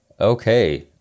okay